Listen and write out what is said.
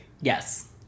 Yes